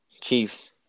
Chiefs